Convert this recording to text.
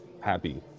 happy